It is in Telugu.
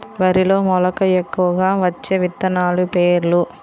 వరిలో మెలక ఎక్కువగా వచ్చే విత్తనాలు పేర్లు?